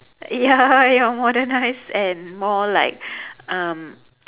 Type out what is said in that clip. ya ya modernised and more like um